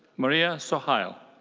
maria sohail.